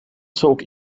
zog